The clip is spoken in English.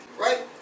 Right